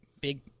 big